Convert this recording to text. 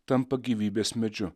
tampa gyvybės medžiu